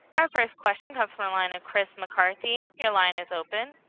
our first question comes from the line of chris mccarthy. your line is open.